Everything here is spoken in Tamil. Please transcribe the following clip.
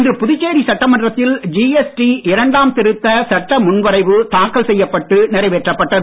இன்று புதுச்சேரி சட்டமன்றத்தில் ஜிஎஸ்டி இரண்டாம் திருத்த சட்ட முன்வரைவு தாக்கல் செய்யப்பட்டு நிறைவேற்றப்பட்டது